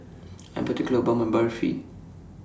I Am particular about My Barfi